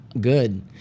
Good